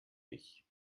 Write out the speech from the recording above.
ich